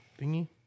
thingy